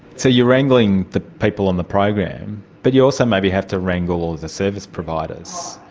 so you are wrangling the people on the program, but you also maybe have to wrangle all the service providers,